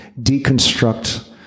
deconstruct